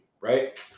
right